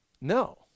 No